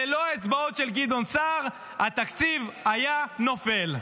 ללא האצבעות של גדעון סער, התקציב היה נופל.